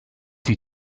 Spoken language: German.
die